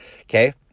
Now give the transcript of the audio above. Okay